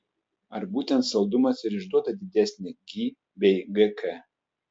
ar būtent saldumas ir išduoda didesnį gi bei gk